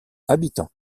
habitants